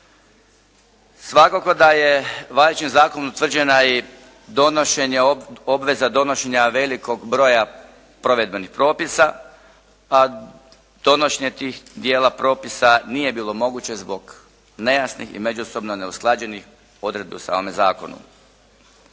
Svakako da je važećim zakonom utvrđena i donošenje, obveza donošenja velikog broja provedbenih propisa. A donošenje tih dijela propisa nije bilo moguće zbog nejasnih i međusobno neusklađenih odredbi u samome zakonu.